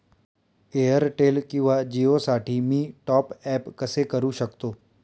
Airtel किंवा जिओसाठी मी टॉप ॲप कसे करु शकतो?